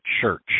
church